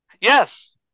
Yes